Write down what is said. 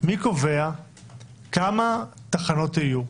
מי קובע כמה תחנות יהיו?